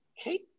Okay